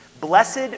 Blessed